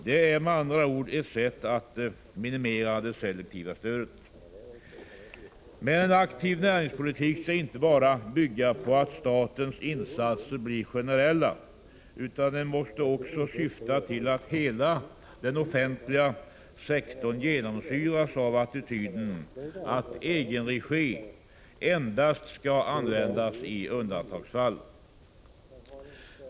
Det är med andra ord ett sätt att minimera det selektiva stödet. Men en aktiv näringspolitik skall inte bara bygga på att statens insatser blir generella, utan den måste också syfta till att hela den offentliga sektorn genomsyras av attityden att egenregi endast skall användas i undantagsfall.